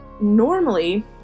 Normally